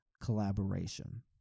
collaboration